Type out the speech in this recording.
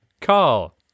Carl